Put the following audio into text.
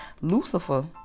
Lucifer